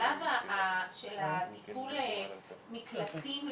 בשלב של הטיפול, מקלטים לנשים,